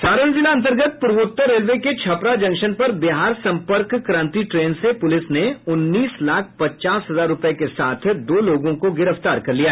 सारण जिला अन्तर्गत पूर्वोत्तर रेलवे के छपरा जंक्शन पर बिहार सम्पर्क क्रांति ट्रेन से पुलिस ने उन्नीस लाख पचास हजार रुपये के साथ दो लोगों को गिरफ्तार कर लिया